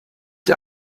der